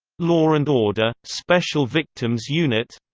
law and order special victims unit